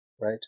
right